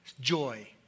joy